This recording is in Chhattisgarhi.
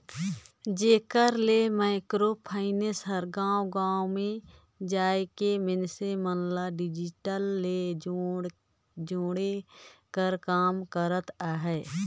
जेकर ले माइक्रो फाइनेंस हर गाँव गाँव में जाए के मइनसे मन ल डिजिटल ले जोड़े कर काम करत अहे